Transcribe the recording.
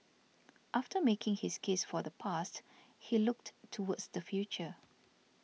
after making his case for the past he looked towards the future